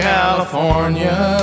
California